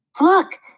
Look